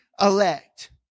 elect